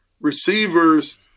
Receivers